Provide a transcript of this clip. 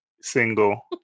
single